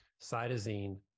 cytosine